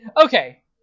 Okay